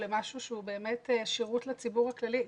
או למשהו שהוא שירות לציבור הכללי.